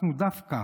אנחנו דווקא